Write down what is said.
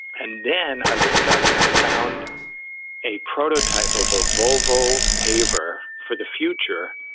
and then i looked up and i found a prototype of a volvo paver for the future.